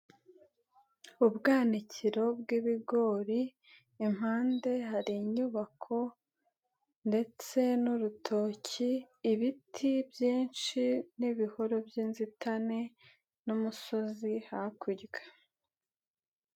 Ubwanikiro bw'ibigori impande hari inyubako ndetse n'urutoki, ibiti byinshi n'ibihuru by'inzitane n'umusozi hakurya.